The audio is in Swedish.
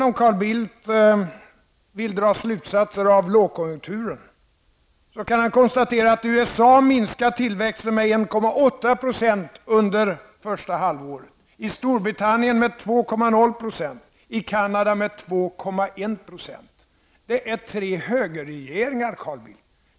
Om Carl Bildt sedan vill dra slutsatser av lågkonjunkturen, kan jag konstatera att i USA minskar tillväxten med 1,8 % under första halvåret, i Storbritannien med 2,0 % och i Kanada med 2,1 %. Det är tre länder med högerregeringar, Carl Bildt.